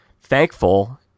thankful